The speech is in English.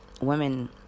women